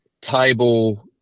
table